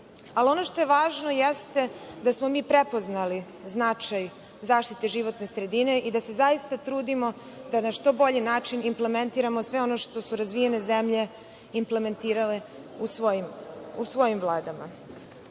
Ali, ono što je važno jeste da smo mi prepoznali značaj zaštite živtone sredine i da se zaista trudimo da na što bolji način implementiramo sve ono što su razvijene zemlje implementirale u svojim